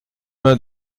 mains